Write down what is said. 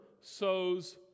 sows